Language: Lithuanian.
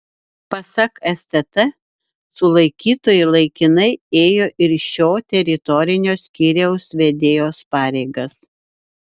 pasak stt sulaikytoji laikinai ėjo ir šio teritorinio skyriaus vedėjos pareigas